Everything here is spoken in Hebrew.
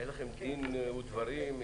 היו לכם דין ודברים,